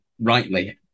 rightly